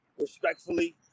respectfully